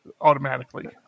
automatically